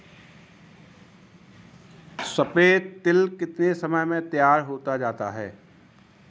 सफेद तिल कितनी समय में तैयार होता जाता है?